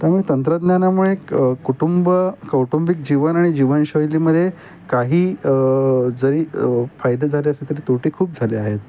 त्यामुळे तंत्रज्ञानामुळे एक कुटुंब कौटुंबिक जीवन आणि जीवनशैलीमधे काही जरी फायदे झाले असेल तरी तोटी खूप झाले आहेत